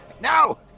Now